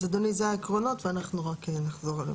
אדוני, אלה העקרונות ואנחנו רק ננסח.